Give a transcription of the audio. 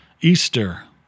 Easter